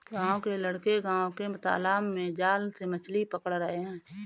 गांव के लड़के गांव के तालाब में जाल से मछली पकड़ रहे हैं